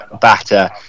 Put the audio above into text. batter